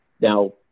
Now